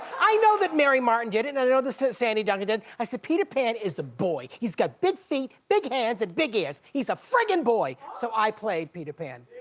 i know that mary martin did it and i know this sandy duncan did. i said, peter pan is a boy! he's got big feet, big hands and big ears. he's a frigging boy! so i played peter pan.